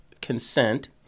consent